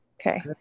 Okay